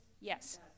Yes